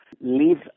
leave